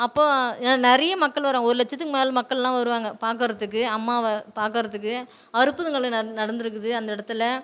அப்போது நிறைய மக்கள் வரும் ஒரு லட்சத்துக்கும் மேலே மக்கள்லாம் வருவாங்க பார்க்கறத்துக்கு அம்மாவை பார்க்கறத்துக்கு அற்புதங்கள் நடந்திருக்குது அந்த இடத்துல